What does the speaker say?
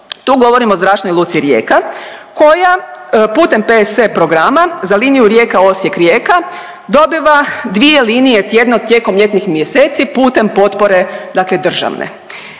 Tu govorimo o Zračnoj luci Rijeka koja putem PSO programa za liniju Rijeka-Osijek-Rijeka dobiva dvije linije tjedno tijekom ljetnih mjeseci putem potpore dakle